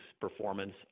performance